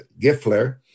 Giffler